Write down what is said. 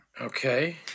Okay